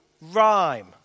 rhyme